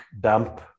dump